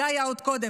זה היה עוד קודם,